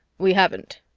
we haven't.